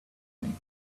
think